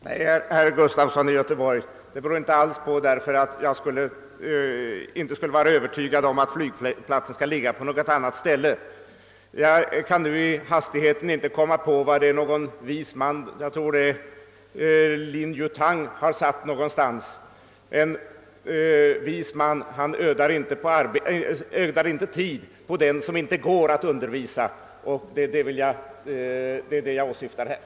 Herr talman! Nej, herr Gustafson i Göteborg, orsaken är inte alls den att jag inte skulle vara övertygad om att flygplatsen bör ligga på ett annat ställe. Jag tror att det är Lin Yutang som någonstans har sagt att en vis man inte ödar tid på den som inte går att undervisa. Det är vad jag här tänkt på.